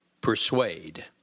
Persuade